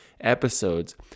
episodes